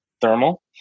thermal